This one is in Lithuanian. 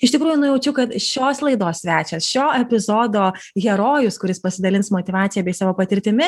iš tikrųjų nujaučiu kad šios laidos svečias šio epizodo herojus kuris pasidalins motyvacija bei savo patirtimi